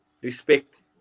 respect